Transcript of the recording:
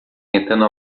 tentando